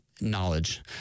knowledge